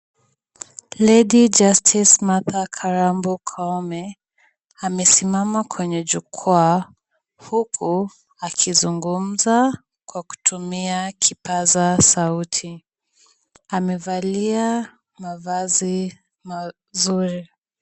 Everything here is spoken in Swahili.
Lady Justice Martha Kalambo Koome, amesimama kwenye jukwaa huku akizungumza kwa kutumia kipasa sauti. Amevalia mavazi mazuri.